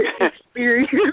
experience